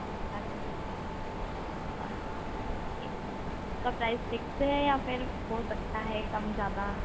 अच्छा जी ठीक है उसका प्राइज़ फ़िक्स है या फिर हो सकता है कम ज्यादा